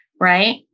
right